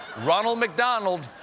ronald mcdonald,